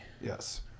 Yes